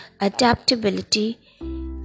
adaptability